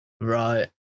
Right